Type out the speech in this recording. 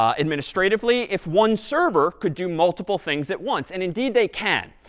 administratively, if one server could do multiple things at once. and indeed, they can.